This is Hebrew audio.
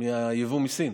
מהיבוא מסין.